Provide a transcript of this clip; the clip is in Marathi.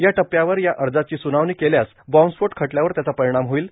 या टप्प्यावर या अर्जाची सुनावणी केल्यास बॉम्बस्फोट खटल्यावर त्याचा परिणाम होईल